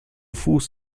fuß